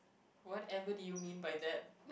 whatever do you mean by that